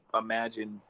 imagine